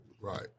Right